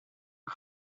een